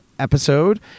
Episode